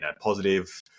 positive